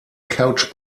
couch